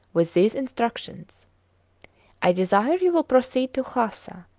with these instructions i desire you will proceed to lhasa.